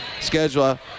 schedule